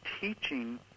teaching